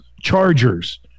Chargers